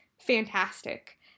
fantastic